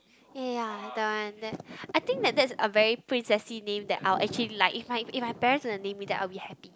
ya ya ya that one that I think that that's a very princessy name that I will actually like if my if my parents named me that I'll be happy